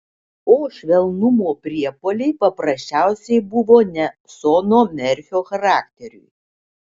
o švelnumo priepuoliai paprasčiausiai buvo ne sono merfio charakteriui